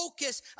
focus